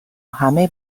همه